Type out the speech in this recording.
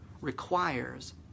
requires